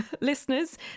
listeners